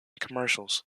commercials